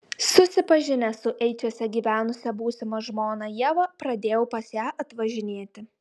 susipažinęs su eičiuose gyvenusia būsima žmona ieva pradėjau pas ją atvažinėti